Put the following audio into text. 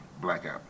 Blackout